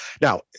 now